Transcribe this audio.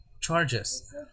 charges